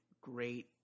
great